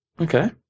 Okay